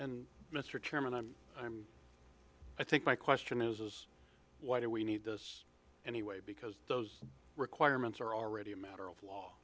and mr chairman i'm i'm i think my question is why do we need this anyway because those requirements are already a matter of law